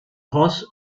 horse